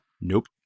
Nope